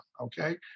okay